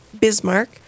Bismarck